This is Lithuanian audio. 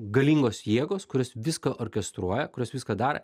galingos jėgos kurios viską orkestruoja kurios viską dara